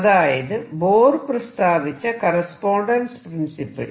അതായത് ബോർ പ്രസ്താവിച്ച correspondence principle